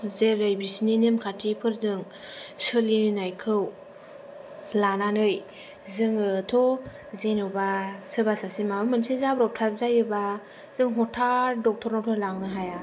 जेरै बिसोरनि नेमखान्थिफोरजों सोलिनायखौ लानानै जोङोथ' जेन'बा सोरबा सासे माबा मोनसे जाब्रबथाय जायोब्ला जों हथादनोथ' ड'क्टरनावथ' लांनो हाया